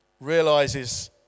realizes